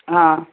ہاں